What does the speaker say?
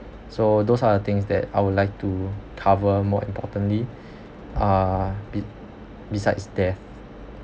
so those are the things that I would like to cover more importantly uh be~ besides death